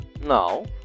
Now